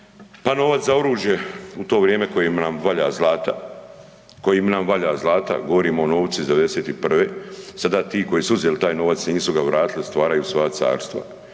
Pa novac za oružje u to vrijeme koje nam valja zlata, govorimo o novcu iz '91., sada ti koji su uzeli taj novac i nisu ga vratili stvaraju svoja carstva,